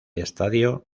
estadio